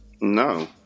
No